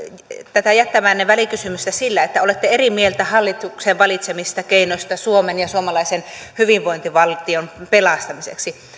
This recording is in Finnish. tätä jättämäänne välikysymystä sillä että olette eri mieltä hallituksen valitsemista keinoista suomen ja suomalaisen hyvinvointivaltion pelastamiseksi